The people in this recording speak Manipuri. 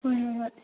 ꯍꯣꯏ ꯍꯣꯏ ꯍꯣꯏ